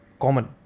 common